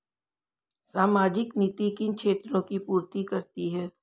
सामाजिक नीति किन क्षेत्रों की पूर्ति करती है?